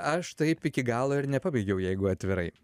aš taip iki galo ir nepabaigiau jeigu atvirai